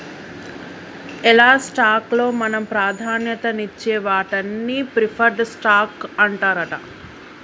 ఎలా స్టాక్ లో మనం ప్రాధాన్యత నిచ్చే వాటాన్ని ప్రిఫర్డ్ స్టాక్ అంటారట